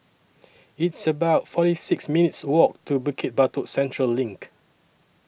It's about forty six minutes' Walk to Bukit Batok Central LINK